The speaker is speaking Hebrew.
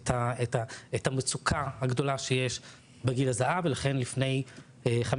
את המצוקה הגדולה שיש בגיל הזהב ולכן לפני חמש